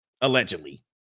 allegedly